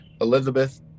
Elizabeth